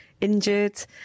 injured